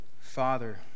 Father